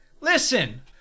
Listen